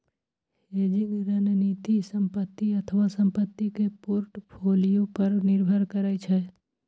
hedging रणनीति संपत्ति अथवा संपत्ति के पोर्टफोलियो पर निर्भर करै छै